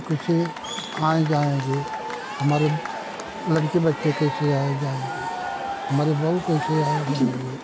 हम कैसे आना जाना करेंगे हमारे लड़के बच्चे कैसे आएंगे जाएंगे हमारी बहू कैसे आए जाएँगे